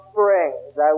Springs